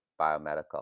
biomedical